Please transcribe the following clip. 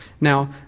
Now